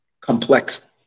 complex